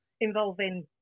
involving